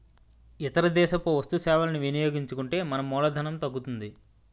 ఇతర దేశపు వస్తు సేవలని వినియోగించుకుంటే మన మూలధనం తగ్గుతుంది